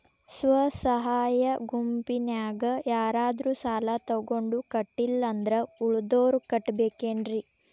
ಸ್ವ ಸಹಾಯ ಗುಂಪಿನ್ಯಾಗ ಯಾರಾದ್ರೂ ಸಾಲ ತಗೊಂಡು ಕಟ್ಟಿಲ್ಲ ಅಂದ್ರ ಉಳದೋರ್ ಕಟ್ಟಬೇಕೇನ್ರಿ?